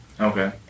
Okay